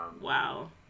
Wow